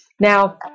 Now